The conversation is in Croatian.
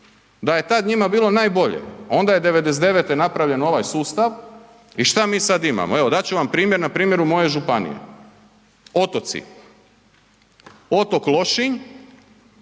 da je tad njima bilo najbolje, onda je '99.-te napravljen ovaj sustav i šta mi sad imamo? Evo dat ću vam primjer na primjeru moje županije, otoci, otok Lošinj,